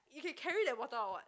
you can carry that bottle or what